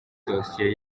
dosiye